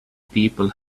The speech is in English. people